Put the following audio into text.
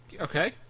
Okay